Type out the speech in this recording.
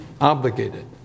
Obligated